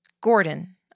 Gordon